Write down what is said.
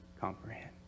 comprehend